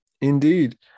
indeed